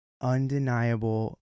undeniable